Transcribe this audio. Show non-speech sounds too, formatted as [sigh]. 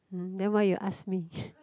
mm then why you ask me [laughs]